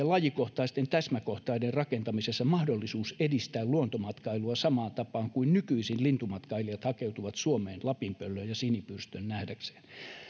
lajikohtaisten täsmäkohteiden rakentamisella mahdollisuus edistää luontomatkailua samaan tapaan kuin nykyisin lintumatkailijat hakeutuvat suomeen lapinpöllön ja sinipyrstön nähdäkseen